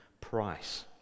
price